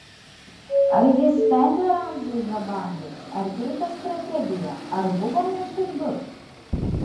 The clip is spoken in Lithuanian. ar jis spendė ramziui žabangus ar keitė strategiją ar buvo nuoširdus